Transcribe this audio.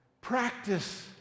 Practice